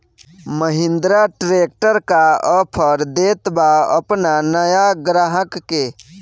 Mahindra tractor का offer देत बा अपना नया ग्राहक के?